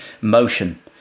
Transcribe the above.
motion